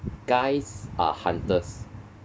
guys are hunters